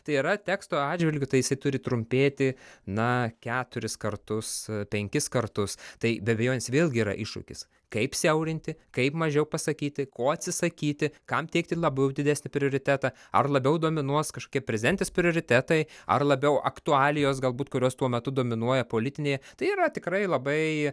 tai yra teksto atžvilgiu tai jisai turi trumpėti na keturis kartus penkis kartus tai be abejonės vėlgi yra iššūkis kaip siaurinti kaip mažiau pasakyti ko atsisakyti kam teikti labiau didesnį prioritetą ar labiau dominuos kažkokie prezidentės prioritetai ar labiau aktualijos galbūt kurios tuo metu dominuoja politinė tai yra tikrai labai